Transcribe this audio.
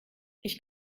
ich